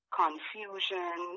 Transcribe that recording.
confusion